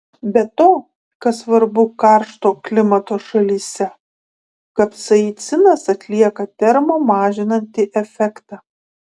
be to kas svarbu karšto klimato šalyse kapsaicinas atlieka termo mažinantį efektą